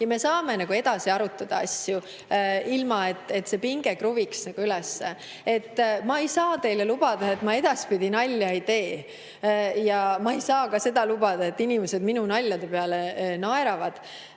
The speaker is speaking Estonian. me saame asju edasi arutada, ilma et pinge üles kruviks. Ma ei saa teile lubada, et ma edaspidi nalja ei tee. Ma ei saa ka seda lubada, et inimesed minu naljade peale naeravad.